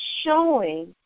showing